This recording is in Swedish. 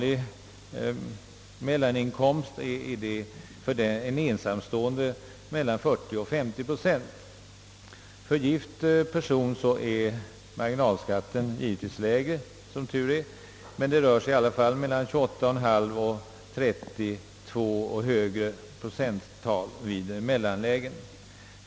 Vid mellaninkomster är marginalskatten för ensamstående mellan 40 och 50 procent. För gift person är den givetvis lägre — som tur är — men det rör sig om mellan 28,5 och 32 procent och ännu mer vid mellaninkomster.